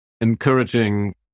Encouraging